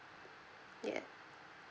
yes